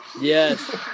Yes